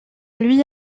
lui